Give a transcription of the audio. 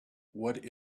what